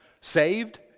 saved